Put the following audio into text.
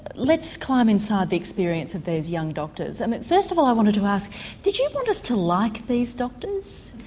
let's climb inside the experience of these young doctors. and first of all i wanted to ask did you want us to like these doctors?